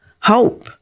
hope